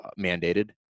mandated